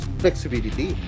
flexibility